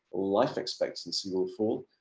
life expectancy will fall,